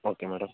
okay madam